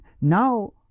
now